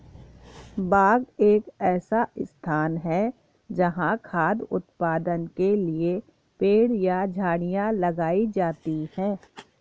बाग एक ऐसा स्थान है जहाँ खाद्य उत्पादन के लिए पेड़ या झाड़ियाँ लगाई जाती हैं